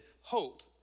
hope